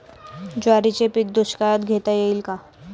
ज्वारीचे पीक दुष्काळात घेता येईल का?